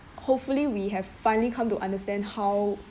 hopefully we have finally come to understand how